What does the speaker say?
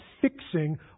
fixing